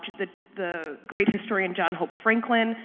the the great historian john hope franklin.